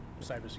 cybersecurity